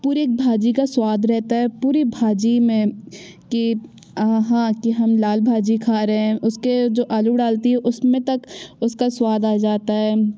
पूरे भाजी का स्वाद रहता है पूरी भाजी में कि हाँ कि हम लाल भाजी खा रहे हैं उसके जो आलू डालती हैं उसमें तक उसका स्वाद आ जाता है